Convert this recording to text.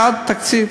1. תקציב.